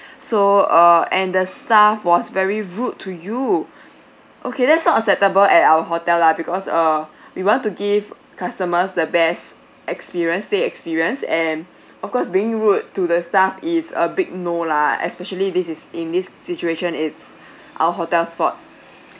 so uh and the staff was very rude to you okay that's not acceptable at our hotel lah because err we want to give customers the best experience stay experience and of course being rude to the staff is a big no lah especially this is in this situation it's our hotel's fault